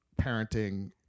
parenting